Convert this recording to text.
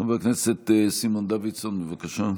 חבר הכנסת סימון דוידסון, בבקשה.